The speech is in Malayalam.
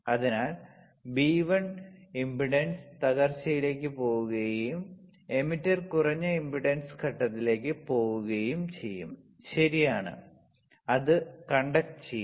അതിനാൽ ബി 1 ഇംപെഡൻസ് തകർച്ചയിലേക്ക് പോകുകയും എമിറ്റർ കുറഞ്ഞ ഇംപെഡൻസ് ഘട്ടത്തിലേക്ക് പോകുകയും ചെയ്യും ശരിയാണ് അത് conduct ചെയ്യും